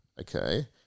okay